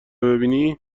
ببینی